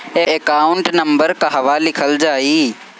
Account number कहवा लिखल जाइ?